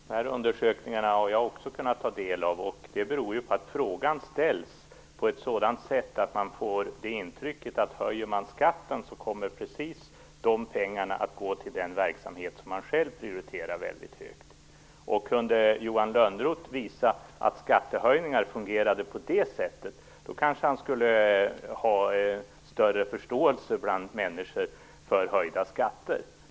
Herr talman! De undersökningarna har också jag kunnat ta del av. Där ställs frågan på ett sådant sätt att man får det intrycket att om skatten höjs kommer precis de pengarna att gå till den verksamhet som man själv prioriterar högt. Kunde Johan Lönnroth visa att skattehöjningar fungerade på det sättet, kanske han skulle få större förståelse bland människor för höjda skatter.